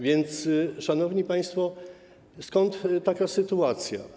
Więc, szanowni państwo, skąd taka sytuacja?